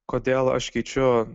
kodėl aš keičiu